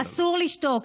אסור לשתוק,